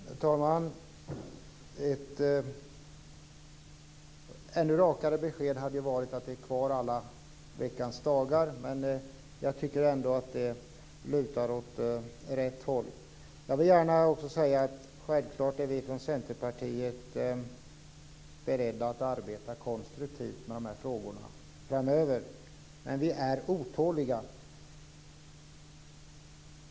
Herr talman! Ett ännu rakare besked hade varit att kassaservicen skall vara kvar alla veckans dagar, men jag tycker ändå att det lutar åt rätt håll. Självfallet är vi från Centerpartiet beredda att arbeta konstruktivt med dessa frågor framöver, men vi är otåliga.